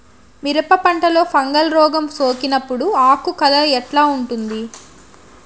మిరప పంటలో ఫంగల్ రోగం సోకినప్పుడు ఆకు కలర్ ఎట్లా ఉంటుంది?